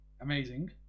Amazing